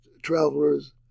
Travelers